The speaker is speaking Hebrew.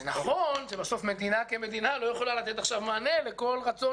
זה נכון שבסוף מדינה כמדינה לא יכולה לתת עכשיו מענה לכל רצון